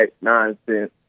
nonsense